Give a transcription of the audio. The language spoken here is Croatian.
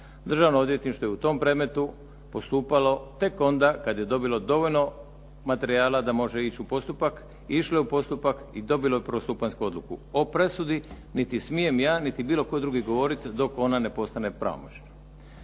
Državno odvjetništvo je u tom predmetu postupalo tek onda kad je dobilo dovoljno materijala da može ići u postupak i išlo je u postupak i dobilo je prvostupanjsku odluku. O presudi niti smijem ja niti bilo tko drugi govoriti dok ona ne postane pravomoćna.